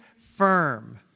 firm